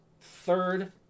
third